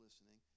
listening